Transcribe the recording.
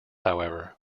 however